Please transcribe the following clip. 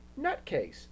nutcase